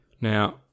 Now